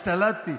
השתלטתי.